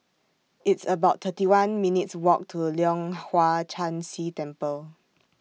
It's about thirty one minutes' Walk to Leong Hwa Chan Si Temple